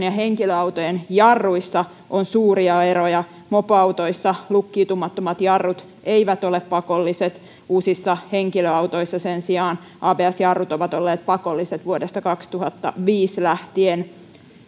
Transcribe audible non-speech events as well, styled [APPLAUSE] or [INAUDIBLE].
[UNINTELLIGIBLE] ja henkilöautojen jarruissa on suuria eroja mopoautoissa lukkiutumattomattomat jarrut eivät ole pakolliset uusissa henkilöautoissa sen sijaan abs jarrut ovat olleet pakolliset vuodesta kaksituhattaviisi lähtien